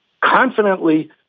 confidently